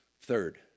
Third